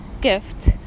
gift